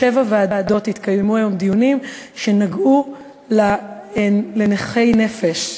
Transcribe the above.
בשבע ועדות התקיימו היום דיונים שנגעו לנכי נפש,